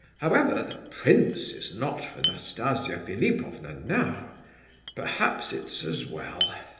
however, the prince is not for nastasia philipovna now perhaps it's as well.